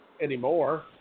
anymore